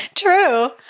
true